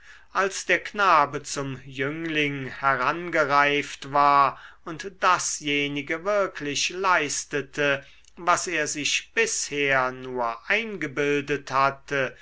als der knabe zum jüngling herangereift war und dasjenige wirklich leistete was er sich bisher nur eingebildet hatte